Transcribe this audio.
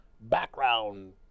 background